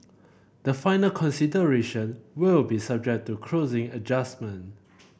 the final consideration will be subject to closing adjustment